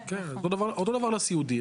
כן, אותו דבר לסיעודי.